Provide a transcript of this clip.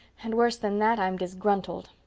and, worse than that, i'm disgruntled.